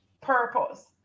purpose